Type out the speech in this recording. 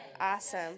Awesome